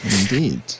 Indeed